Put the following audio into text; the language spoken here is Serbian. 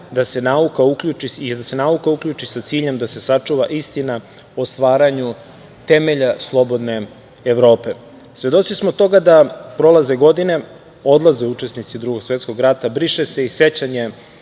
da se nauka uključi sa ciljem da se sačuva istina o stvaranju temelja slobodne Evrope. Svedoci smo toga da prolaze godine, odlaze učesnici Drugog svetskog rata, briše se i sećanje,